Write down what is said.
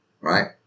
right